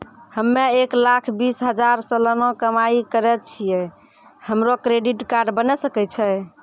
हम्मय एक लाख बीस हजार सलाना कमाई करे छियै, हमरो क्रेडिट कार्ड बने सकय छै?